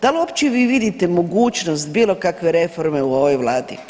Da li uopće vi vidite mogućnost bilo kakve reforme u ovoj Vladi?